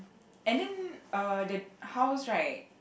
and then uh the house right